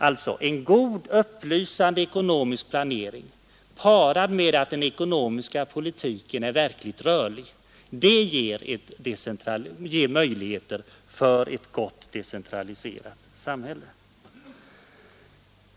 Alltså: en god upplysande ekonomisk planering, parad med en verkligt rörlig ekonomisk politik, ger förutsättningar för ett gott decentraliserat sam hälle.